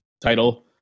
title